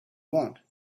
want